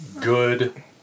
good